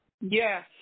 Yes